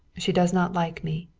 she does not like me.